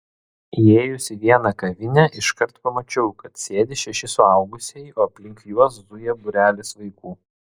įėjus į vieną kavinę iškart pamačiau kad sėdi šeši suaugusieji o aplink juos zuja būrelis vaikų